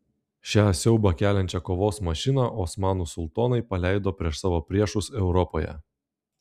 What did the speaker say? šią siaubą keliančią kovos mašiną osmanų sultonai paleido prieš savo priešus europoje